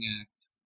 act